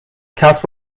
کسب